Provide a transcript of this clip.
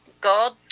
God